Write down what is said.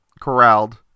corralled